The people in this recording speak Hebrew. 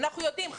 אנחנו יודעים,